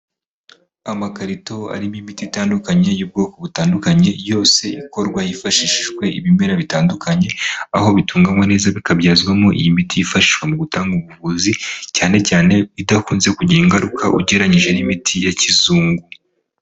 Amakarito arimo imiti itandukanye y'ubwoko butandukanye yose ikorwa hifashishijwe ibimera bitandukanye, aho bitunganywa neza bikabyazwamo iyi miti yifashishwa mu gutanga ubuvuzi cyane cyane idakunze kugira ingaruka ugereranyije n'imiti ya kizungu.